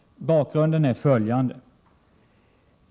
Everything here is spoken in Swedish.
Bakgrunden är följande.